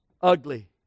ugly